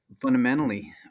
Fundamentally